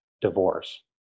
divorce